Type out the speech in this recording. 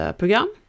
program